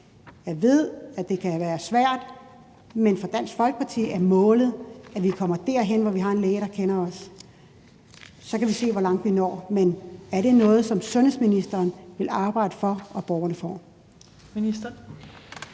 Jeg ved, at det kan være svært, men for Dansk Folkeparti er målet, at vi kommer derhen, hvor vi har en læge, der kender os. Så kan vi se, hvor langt vi når, men er det noget, som sundhedsministeren vil arbejde for at borgerne får?